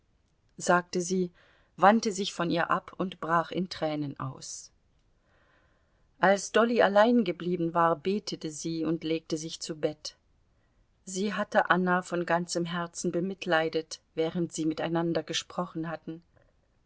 sagte sie wandte sich von ihr ab und brach in tränen aus als dolly allein geblieben war betete sie und legte sich zu bett sie hatte anna von ganzem herzen bemitleidet während sie miteinander gesprochen hatten